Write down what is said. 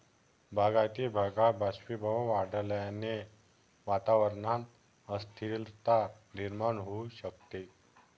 बागायती भागात बाष्पीभवन वाढल्याने वातावरणात अस्थिरता निर्माण होऊ शकते